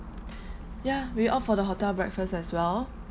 ya we opt for the hotel breakfast as well